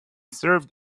served